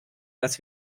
dass